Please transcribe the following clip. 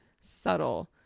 subtle